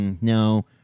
No